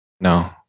No